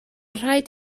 rhaid